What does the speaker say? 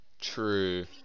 True